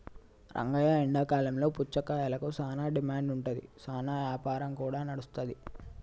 రంగయ్య ఎండాకాలంలో పుచ్చకాయలకు సానా డిమాండ్ ఉంటాది, సానా యాపారం కూడా నడుస్తాది